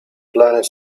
planet